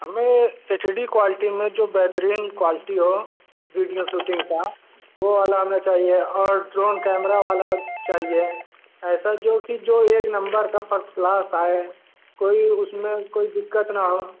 हमें H D quality में जो बेहतरीन क्वालटी हो वीडियो सूटिंग की वो वाला हमें चाहिए और ड्रोन कैमरा वाला चाहिए ऐसा जो कि जो एक नंबर का फर्स्ट क्लास आए कोई उस में कोई दिक्कत ना हो